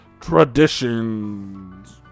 Traditions